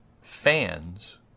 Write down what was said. Fans